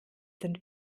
sind